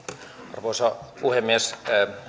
arvoisa puhemies